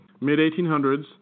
mid-1800s